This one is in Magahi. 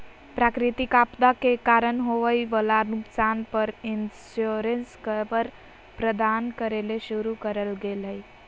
प्राकृतिक आपदा के कारण होवई वला नुकसान पर इंश्योरेंस कवर प्रदान करे ले शुरू करल गेल हई